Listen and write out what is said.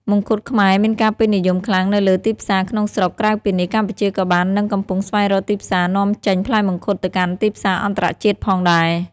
មង្ឃុតខ្មែរមានការពេញនិយមខ្លាំងនៅលើទីផ្សារក្នុងស្រុក ក្រៅពីនេះ កម្ពុជាក៏បាននិងកំពុងស្វែងរកទីផ្សារនាំចេញផ្លែមង្ឃុតទៅកាន់ទីផ្សារអន្តរជាតិផងដែរ។